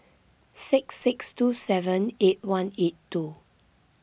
six six two seven eight one eight two